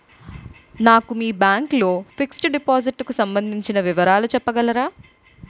నేను మీ బ్యాంక్ లో ఫిక్సడ్ డెపోసిట్ కు సంబందించిన వివరాలు చెప్పగలరా?